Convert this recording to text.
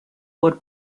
por